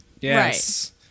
Yes